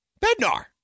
Bednar